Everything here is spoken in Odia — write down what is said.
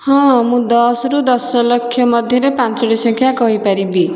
ହଁ ମୁଁ ଦଶରୁ ଦଶ ଲକ୍ଷ ମଧ୍ୟରେ ପାଞ୍ଚଟି ସଂଖ୍ୟା କହିପାରିବି